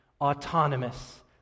autonomous